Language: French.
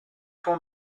pan